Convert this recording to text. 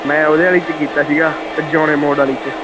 ਮੈਂ ਉਹਦੇ ਵਾਲੀ 'ਚ ਕੀਤਾ ਸੀਗਾ ਜਿਉਣੇ ਮੋੜ ਵਾਲੀ 'ਚ